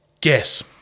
Guess